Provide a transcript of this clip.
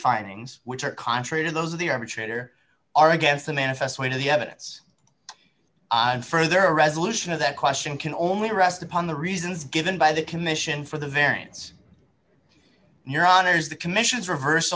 findings which are contrary to those of the arbitrator are against the manifest weight of the evidence and further a resolution of that question can only rest upon the reasons given by the commission for the variance your honour's the commission's revers